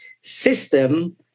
System